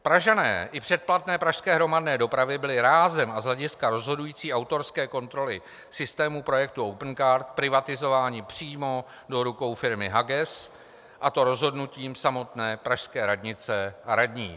Pražané i předplatné pražské hromadné dopravy byli rázem a z hlediska rozhodující autorské kontroly systému projektu Opencard privatizováni přímo do rukou firmy Haguess, a to rozhodnutím samotné pražské radnice a radních.